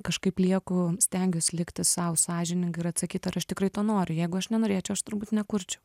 kažkaip lieku stengiuos likti sau sąžininga ir atsakyt ar aš tikrai to noriu jeigu aš nenorėčiau aš turbūt nekurčiau